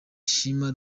shima